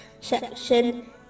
section